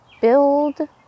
build